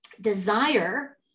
desire